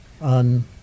on